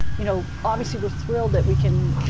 you know, obviously we're thrilled that we can, you